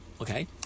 okay